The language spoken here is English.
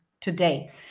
today